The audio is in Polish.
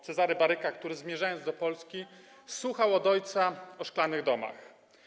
Cezary Baryka, który zmierzając do Polski, słuchał opowieści ojca o szklanych domach.